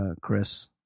Chris